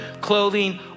clothing